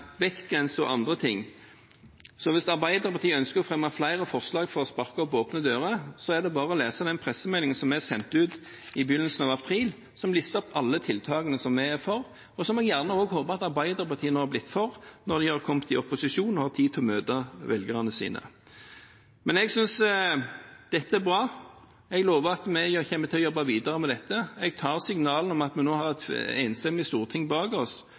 og andre ting. Så hvis Arbeiderpartiet ønsker å fremme flere forslag for å sparke inn åpne dører, er det bare å lese den pressemeldingen som vi sendte ut i begynnelsen av april, som listet opp alle tiltakene vi er for, og som jeg gjerne også håper at Arbeiderpartiet nå har blitt for når de har kommet i opposisjon og har tid til å møte velgerne sine. Men jeg synes dette er bra. Jeg lover at vi kommer til å jobbe videre med dette. Jeg tar signalene om at vi nå har et enstemmig storting bak oss